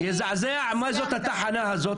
מה זאת התחנה הזאת,